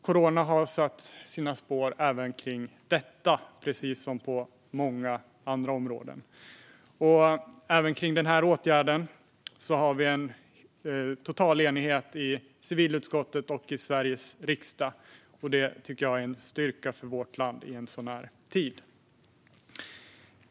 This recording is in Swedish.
Corona har satt sina spår även i fråga om detta, precis som på många andra områden. Även i fråga om denna åtgärd har vi en total enighet i civilutskottet och i Sveriges riksdag. Det tycker jag är en styrka för vårt land i en sådan här tid.